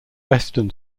western